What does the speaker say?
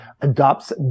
adopts